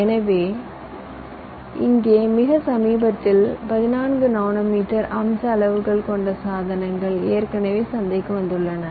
எனவே இங்கே மிக சமீபத்தில் 14 நானோமீட்டர் அம்ச அளவுகள் கொண்ட சாதனங்கள் ஏற்கனவே சந்தைக்கு வந்துள்ளன